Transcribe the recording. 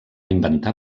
inventar